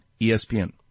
ESPN